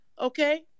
okay